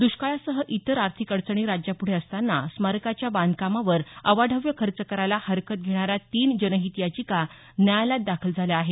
दुष्काळासह इतर आर्थिक अडचणी राज्याप्ढे असताना स्मारकाच्या बांधकामावर अवाढव्य खर्च करायला हरकत घेणाऱ्या तीन जनहित याचिका न्यायालयात दाखल झाल्या आहेत